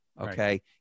okay